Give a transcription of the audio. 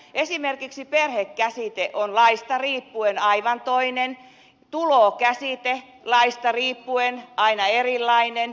esimerkiksi perhekäsite on laista riippuen aivan toinen tulokäsite laista riippuen aina erilainen